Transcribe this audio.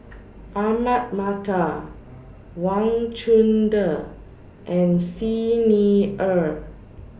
Ahmad Mattar Wang Chunde and Xi Ni Er